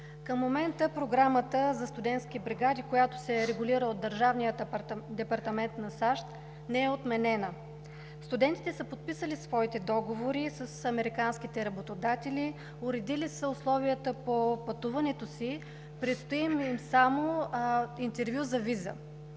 Към момента Програмата за студентски бригади, която се регулира от Държавния департамент на САЩ, не е отменена. Студентите са подписали своите договори с американските работодатели, уредили са условията по пътуването си, предстои им само интервю за виза,